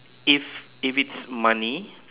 if if it's money